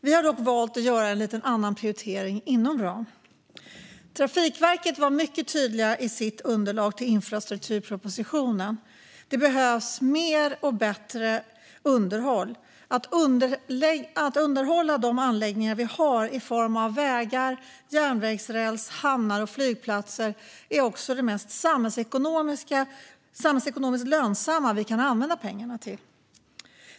Vi har dock valt att göra en lite annan prioritering inom ramen. Trafikverket var mycket tydliga i sitt underlag till infrastrukturpropositionen: Det behövs mer och bättre underhåll. Att underhålla de anläggningar vi har i form av vägar, järnvägsräls, hamnar och flygplatser är också det mest samhällsekonomiskt lönsamma vi kan använda pengarna till.